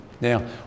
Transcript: Now